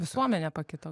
visuomenė pakito